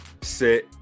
sit